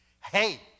Hey